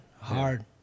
hard